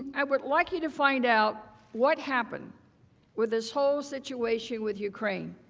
and i would like you to find out what happened with this whole situation with ukraine.